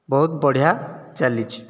ବହୁତ ବଢ଼ିଆ ଚାଲିଛି